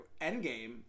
Endgame